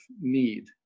need